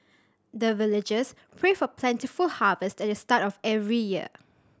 the villagers pray for plentiful harvest at the start of every year